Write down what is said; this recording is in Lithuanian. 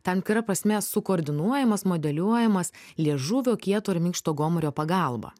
tam tikra prasme sukoordinuojamas modeliuojamas liežuvio kieto ir minkšto gomurio pagalba